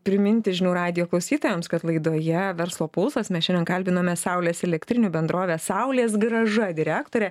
priminti žinių radijo klausytojams kad laidoje verslo pulsas mes šiandien kalbinome saulės elektrinių bendrovės saulės grąža direktorę